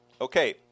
Okay